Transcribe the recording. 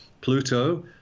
Pluto